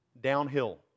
downhill